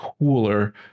cooler